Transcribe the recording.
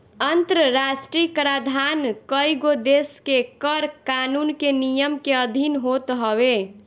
अंतरराष्ट्रीय कराधान कईगो देस के कर कानून के नियम के अधिन होत हवे